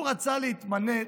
הוא רצה להתמנות